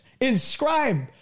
inscribe